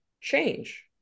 change